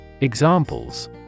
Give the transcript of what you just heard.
Examples